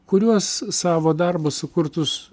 kuriuos savo darbus sukurtus